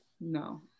no